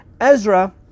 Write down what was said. Ezra